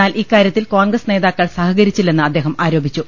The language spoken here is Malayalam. എന്നാൽ ഇക്കാര്യത്തിൽ കോൺഗ്രസ് നേതാക്കൾ സഹകരിച്ചില്ലെന്ന് അദ്ദേഹം ആരോപി ച്ചു